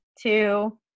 two